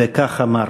וכך אמר: